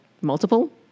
multiple